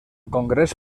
congrés